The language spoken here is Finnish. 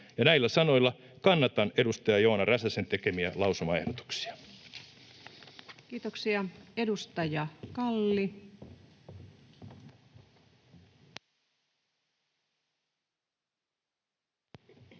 Näillä sanoilla kannatan edustaja Joona Räsäsen tekemiä lausumaehdotuksia. Kiitoksia. — Edustaja Kalli.